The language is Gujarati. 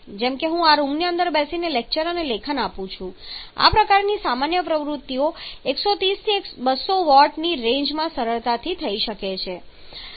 જેમ કે હું આ રૂમની અંદર બેસીને લેક્ચર અને લેખન આપું છું આ પ્રકારની સામાન્ય પ્રવૃત્તિઓ 130 થી 200 વોટ ની રેન્જમાં સરળતાથી થઈ શકે છે